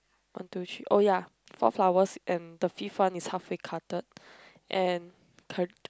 one two three oh ya four flowers and the fifth one is halfway cutted and